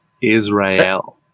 Israel